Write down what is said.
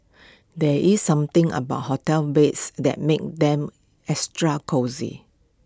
there is something about hotel beds that makes them extra cosy